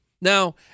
Now